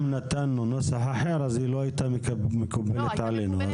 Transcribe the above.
אם נתנו נוסח אחר, היא לא הייתה מקובלת עלינו.